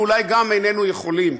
ואולי גם איננו יכולים,